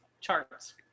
charts